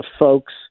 folks